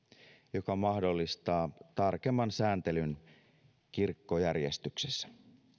joka mahdollistaa tarkemman sääntelyn kirkkojärjestyksessä